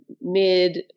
mid